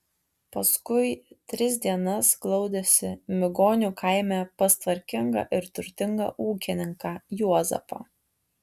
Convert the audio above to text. paskui tris dienas glaudėsi migonių kaime pas tvarkingą ir turtingą ūkininką juozapą